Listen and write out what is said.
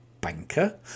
banker